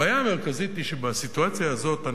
הבעיה המרכזית היא שבסיטואציה הזאת,